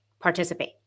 participate